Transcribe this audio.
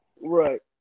Right